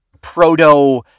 proto-